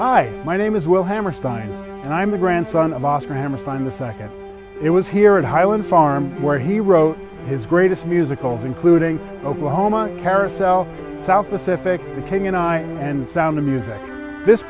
hi my name is well hammerstein and i'm the grandson of oscar hammerstein the second it was here at highland farm where he wrote his greatest musicals including oklahoma carousel south pacific the canyon i and sound of music this